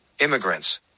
immigrants